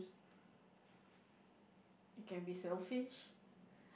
it can be selfish